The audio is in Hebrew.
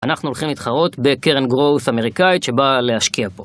אנחנו הולכים להתחרות בקרן גרוס אמריקאית שבאה להשקיע פה.